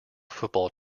football